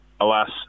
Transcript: alas